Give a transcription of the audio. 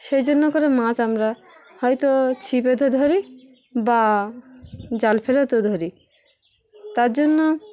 সেই জন্য করে মাছ আমরা হয়তো ছিপেতে ধরি বা জাল ফেরাতেও ধরি তার জন্য